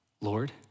Lord